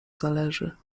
zależy